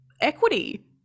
equity